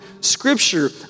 Scripture